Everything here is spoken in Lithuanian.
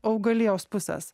augalijos pusės